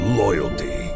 loyalty